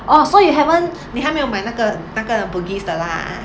oh so you haven't 你还没有买那个那个 bugis 的 lah